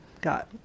got